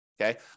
okay